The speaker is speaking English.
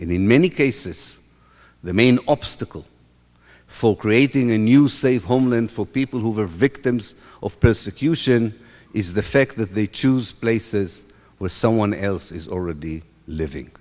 and in many cases the main obstacle for creating a new safe homeland for people who were victims of persecution is the fact that they choose places where someone else is already living